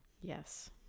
yes